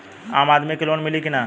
आम आदमी के लोन मिली कि ना?